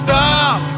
Stop